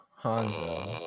Hanzo